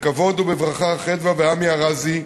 בכבוד ובברכה, חדוה ועמי ארזי,